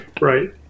right